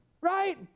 Right